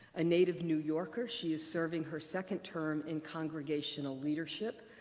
a native new yorker, she is serving her second term in congregational leadership,